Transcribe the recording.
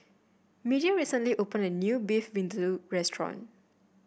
Media recently opened a new Beef Vindaloo restaurant